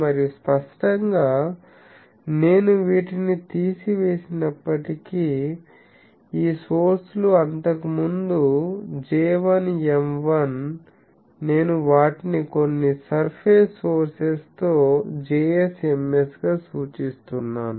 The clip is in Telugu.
మరియు స్పష్టంగా నేను వీటిని తీసివేసినప్పటి కీ ఈ సోర్స్ లు అంతకుముందు J1 M1 నేను వాటిని కొన్ని సర్ఫేస్ సోర్సెస్ తో Js Ms గా సూచిస్తున్నాను